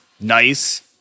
nice